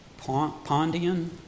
Pondian